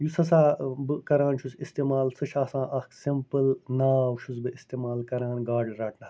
یُس ہَسا بہٕ کَران چھُس اِستعمال سُہ چھُ آسان اکھ سِمپٕل ناو چھُس بہٕ اِستعمال کَران گاڈٕ رَٹنَس مَنٛز